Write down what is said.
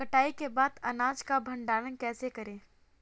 कटाई के बाद अनाज का भंडारण कैसे करें?